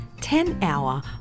ten-hour